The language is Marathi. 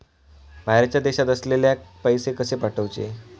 बाहेरच्या देशात असलेल्याक पैसे कसे पाठवचे?